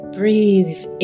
breathe